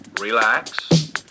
Relax